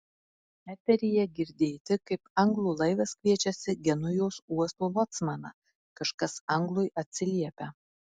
eteryje girdėti kaip anglų laivas kviečiasi genujos uosto locmaną kažkas anglui atsiliepia